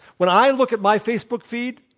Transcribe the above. when i look at my facebook feed,